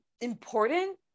important